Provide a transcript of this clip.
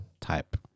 type